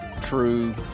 true